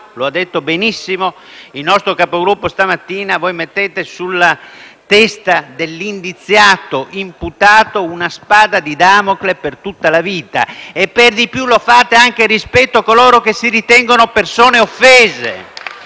lo ha detto benissimo il nostro Capogruppo stamattina - voi mettete sulla testa dell'indiziato - imputato una spada di Damocle per tutta la vita e per di più lo fate anche rispetto a coloro che si ritengono persone offese